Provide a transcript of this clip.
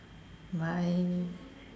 why